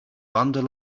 bundle